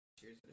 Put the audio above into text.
Cheers